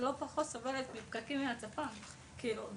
סובלת מפקקים לא פחות מהצפון,